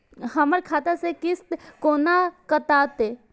हमर खाता से किस्त कोना कटतै?